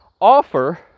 offer